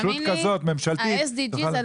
ה-SDGs,